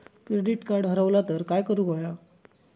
Credit card हरवला तर काय करुक होया?